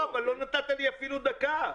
אבל לא נתת לי אפילו דקה.